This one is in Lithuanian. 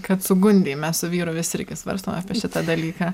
kad sugundei mes su vyru vis irgi svarstom apie šitą dalyką